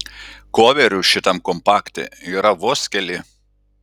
koverių šitam kompakte yra vos keli